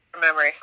memory